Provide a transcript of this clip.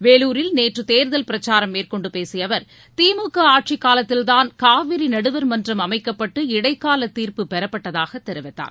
வேலூரில் நேற்று தேர்தல் பிரச்சாரம் மேற்கொள்டு பேசிய அவர் திமுக ஆட்சிக்காலத்தில்தான் காவிரி நடுவர் மன்றம் அமைக்கப்பட்டு இடைக்கால தீர்ப்பு பெறப்பட்டதாக தெரிவித்தார்